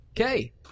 Okay